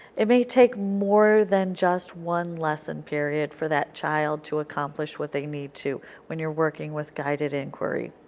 it may take more than just one lesson period for that child to accomplish what they need to when you are working with guided inquiry.